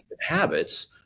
habits